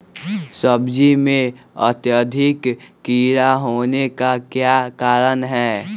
सब्जी में अत्यधिक कीड़ा होने का क्या कारण हैं?